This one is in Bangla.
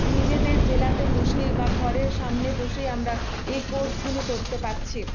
নিজেদের জেলাতে বসেই বা ঘরের সামনে বসেই আমরা এই কোর্সগুলি করতে পারছি